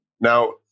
Now